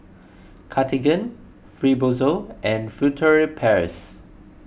Cartigain Fibrosol and Furtere Paris